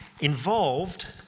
involved